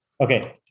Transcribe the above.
Okay